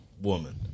woman